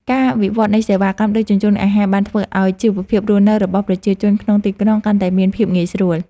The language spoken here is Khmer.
ការវិវត្តនៃសេវាកម្មដឹកជញ្ជូនអាហារបានធ្វើឱ្យជីវភាពរស់នៅរបស់ប្រជាជនក្នុងទីក្រុងកាន់តែមានភាពងាយស្រួល។